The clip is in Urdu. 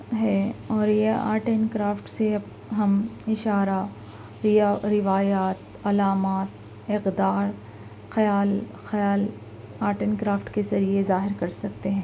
ہے اور یہ آرٹ اینڈ کرافٹ سے اب ہم اشارہ ریا روایات علامات اقدار خیال خیال آرٹ اینڈ کرافٹ کے ذریعے ظاہر کر سکتے ہیں